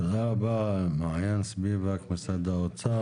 תודה רבה, מעין ספיבק, משרד האוצר.